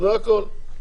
זה הכול.